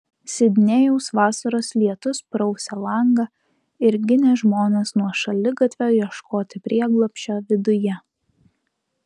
sidnėjaus vasaros lietus prausė langą ir ginė žmones nuo šaligatvio ieškoti prieglobsčio viduje